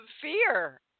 fear